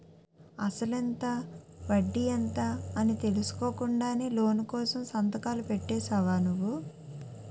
అసలెంత? వడ్డీ ఎంత? అని తెలుసుకోకుండానే లోను కోసం సంతకాలు పెట్టేశావా నువ్వు?